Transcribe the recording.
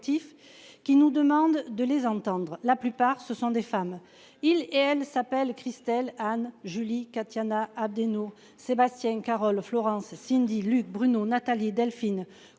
qui nous demandent de les entendre la plupart ce sont des femmes il et elle s'appelle Christelle Anne Julie Katiana Abdennour Sébastien Carol Florence Cindy Luc Bruno Natalie et Delphine